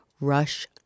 Rush